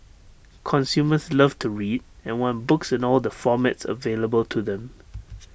consumers love to read and want books in all the formats available to them